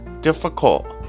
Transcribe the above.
difficult